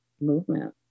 movement